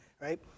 right